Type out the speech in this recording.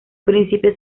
principio